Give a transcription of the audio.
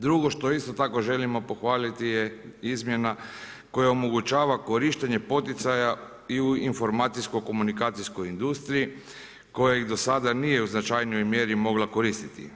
Drugo što isto tako želimo pohvaliti je izmjena koja omogućava korištenje poticaja i u informacijsko-komunikacijskoj industriji kojeg do sada nije u značajnijoj mjeri mogla koristiti.